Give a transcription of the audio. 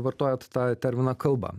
vartojat tą terminą kalba